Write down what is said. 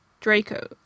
Draco